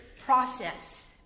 process